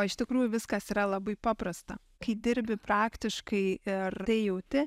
o iš tikrųjų viskas yra labai paprasta kai dirbi praktiškai ir tai jauti